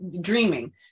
dreaming